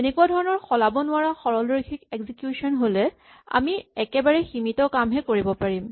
এনেকুৱা ধৰণৰ সলাব নোৱাৰা সৰলৰৈখিক এক্সিকিউচন হ'লে আমি একেবাৰে সীমিত কামহে কৰিব পাৰিম